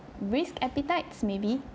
risk appetites maybe